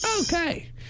Okay